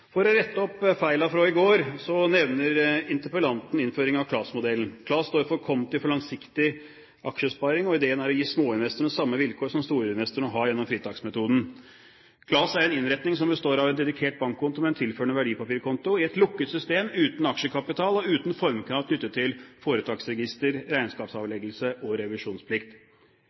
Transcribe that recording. For å rette opp «feila frå i går» nevner interpellanten innføring av KLAS-modellen. KLAS står for Konti for Langsiktig Aksjesparing, og ideen er å gi småinvestorene samme vilkår som storinvestorene har gjennom fritaksmetoden. KLAS er en innretning som består av en dedikert bankkonto med en tilhørende verdipapirkonto i et lukket system uten aksjekapital og uten formkrav knyttet til foretaksregister, regnskapsavleggelse og revisjonsplikt.